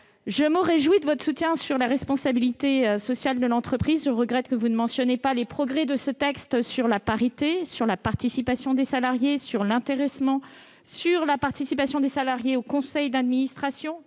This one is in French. Je me réjouis de votre soutien sur les responsabilités sociales de l'entreprise. Je regrette que vous ne mentionniez pas les progrès qu'apporte ce texte sur la parité, la participation des salariés, l'intéressement, la participation des salariés au conseil d'administration,